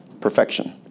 Perfection